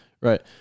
right